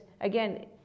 again